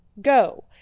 Go